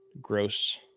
gross